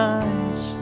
eyes